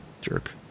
jerk